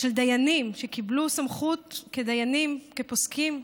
של דיינים שקיבלו סמכות כדיינים, כפוסקים,